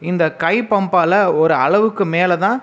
இந்த கைப்பம்பால் ஒரு அளவுக்கு மேலதான்